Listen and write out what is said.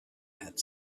had